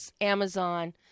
Amazon